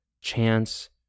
chance